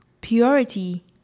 purity